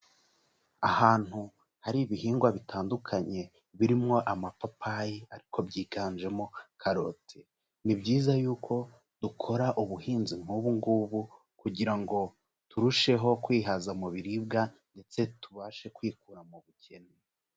Ahantu hari ibihingwa bitandukanye birimo amapapayi ariko byiganjemo karoti, ni byiza yuko dukora ubuhinzi nk'ubu ngubu kugira ngo turusheho kwihaza mu biribwa ndetse tubashe kwikura mu bukene.